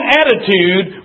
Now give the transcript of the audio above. attitude